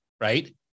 right